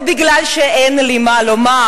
לא כי אין לי מה לומר,